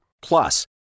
Plus